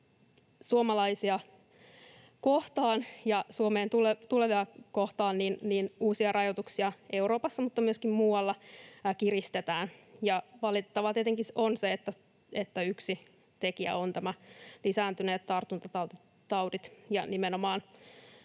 suomalaisia kohtaan ja Suomeen tulevia kohtaan kiristetään rajoituksia Euroopassa mutta myöskin muualla, ja valitettavaa tietenkin on se, että yksi tekijä ovat nämä lisääntyneet tautitartunnat